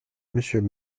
monsieur